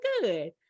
good